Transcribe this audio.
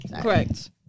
correct